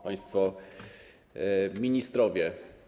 Państwo Ministrowie!